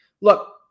Look